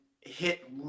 hit